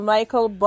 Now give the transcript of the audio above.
Michael